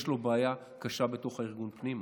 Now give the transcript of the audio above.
יש לו בעיה קשה בתוך הארגון פנימה,